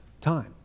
time